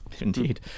Indeed